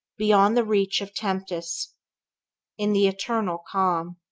beyond the reach of tempests, in the eternal calm!